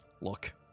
Look